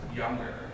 younger